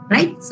Right